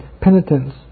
penitence